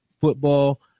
football